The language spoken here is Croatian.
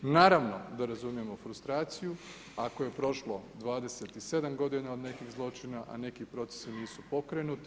Naravno da razumijemo frustraciju, ako je prošlo 27 godina od nekih zločina a neki procesi nisu pokrenuti.